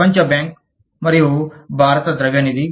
ప్రపంచ బ్యాంక్ మరియు భారత ద్రవ్య నిధి